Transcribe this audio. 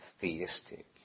theistic